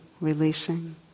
releasing